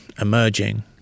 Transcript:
emerging